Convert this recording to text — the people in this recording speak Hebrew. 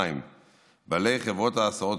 2. בעלי חברות ההסעות,